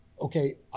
okay